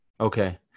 Okay